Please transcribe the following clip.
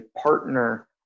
partner